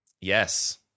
Yes